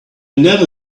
never